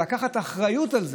לקחת אחריות על זה,